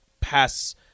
pass